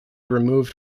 removed